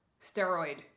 steroid